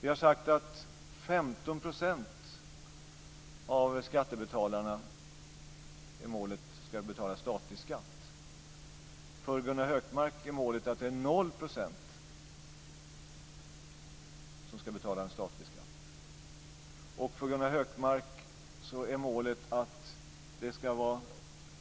Vi har sagt att målet är att 15 % av skattebetalarna ska betala statlig skatt. För Gunnar Hökmark är målet att 0 % ska betala statlig skatt. För Gunnar Hökmark är också målet att det ska vara